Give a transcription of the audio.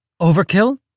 Overkill